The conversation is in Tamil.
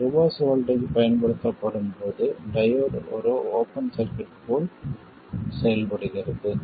ஒரு ரிவர்ஸ் வோல்ட்டேஜ் பயன்படுத்தப்படும் போது டையோடு ஒரு ஓபன் சர்க்யூட் போல் செயல்படுகிறது